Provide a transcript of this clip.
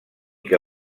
que